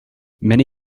many